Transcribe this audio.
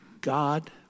God